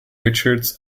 richards